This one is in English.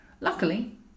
Luckily